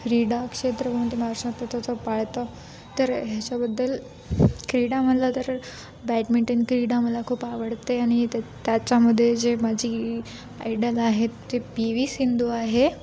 क्रीडाक्षेत्र कोणते महाराष्ट्रात तर पाळतं तर ह्याच्याबद्दल क्रीडा मला तर बॅडमिंटन क्रीडा मला खूप आवडते आणि त्या त्याच्यामध्ये जे माझी आयडल आहे ते पी वी सिंधू आहे